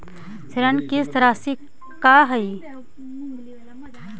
ऋण किस्त रासि का हई?